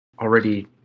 already